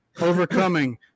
overcoming